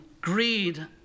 greed